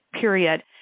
period